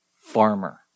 farmer